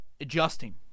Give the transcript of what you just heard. adjusting